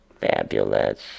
fabulous